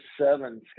seven